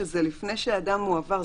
שזה לפני שאדם מועבר.